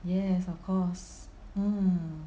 yes of course mm